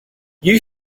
you